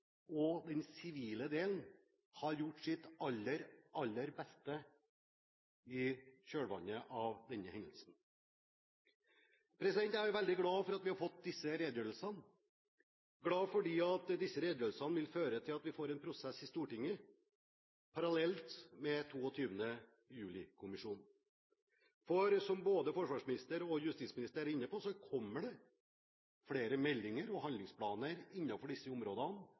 og den sivile delen, har gjort sitt aller, aller beste i kjølvannet av denne hendelsen. Jeg er veldig glad for at vi har fått disse redegjørelsene, glad for at disse redegjørelsene vil føre til at vi får en prosess i Stortinget parallelt med 22. juli-kommisjonen. Som både forsvarsministeren og justisministeren er inne på, kommer det flere meldinger og handlingsplaner innenfor disse områdene